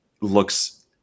Looks